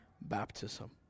baptism